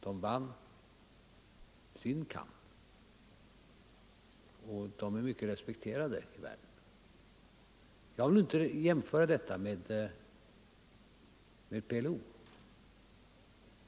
De vann sin kamp, och de är mycket respekterade i världen. Jag vill inte jämföra detta med PLO.